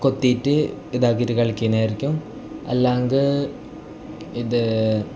കൊത്തിയിട്ട് ഇതാക്കിയിട്ട് കളിക്കുന്നതായിരിക്കും അല്ലെങ്കിൽ ഇത്